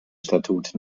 statut